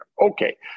Okay